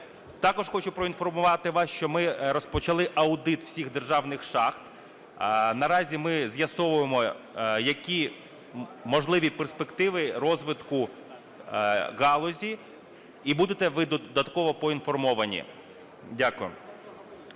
Також хочу проінформувати вас, що ми розпочали аудит всіх державних шахт, наразі ми з'ясовуємо, які можливі перспективи розвитку галузі, і будете ви додатково проінформовані. Дякую.